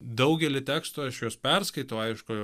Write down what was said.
daugelį tekstų aš juos perskaitau aišku